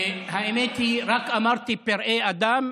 האמת היא, רק אמרתי פראי אדם,